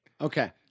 Okay